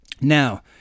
Now